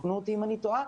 ותקנו אותי אם אני טועה,